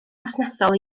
perthnasol